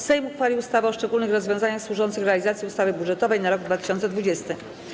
Sejm uchwalił ustawę o szczególnych rozwiązaniach służących realizacji ustawy budżetowej na rok 2020.